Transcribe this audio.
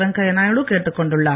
வெங்கையா நாயுடு கேட்டுக்கொண்டுள்ளார்